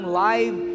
live